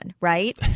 right